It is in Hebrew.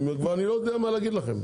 אני לא יודע מה להגיד לכם.